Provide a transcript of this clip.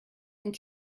and